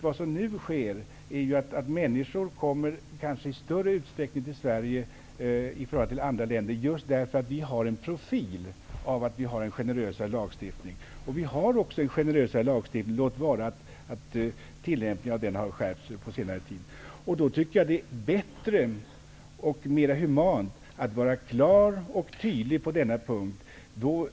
Vad som nu sker är ju att människor kommer i större utsträckning till Sverige än till andra länder, just därför att vi har en profil som ett land med en generösare lagstiftning. Vi har det -- låt vara att tillämpningen av den har skärpts på senare tid. Det är bättre och mer humant att vara klar och tydlig på denna punkt.